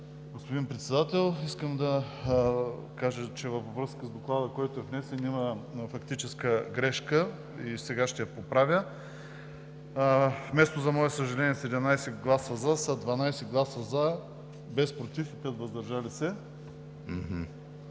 господин Председател, искам да кажа, че във връзка с Доклада, който е внесен, има фактическа грешка и сега ще я поправя: вместо със 17 гласа „за“, с 12 гласа „за“, без „против“ и 5 „въздържал се“